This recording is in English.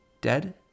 Dead